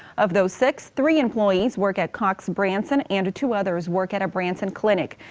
of those six, three employees work at cox branson, and two others work at a branson clinic.